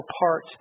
apart